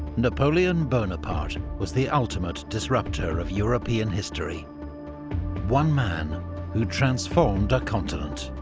napoleon bonaparte was the ultimate disruptor of european history one man who transformed a continent.